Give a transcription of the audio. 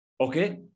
Okay